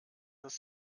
das